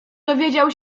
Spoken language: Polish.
dowiedział